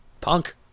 punk